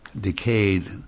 decayed